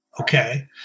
Okay